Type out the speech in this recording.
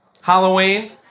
Halloween